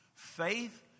Faith